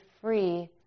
free